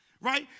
right